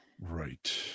Right